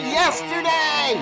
yesterday